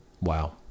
Wow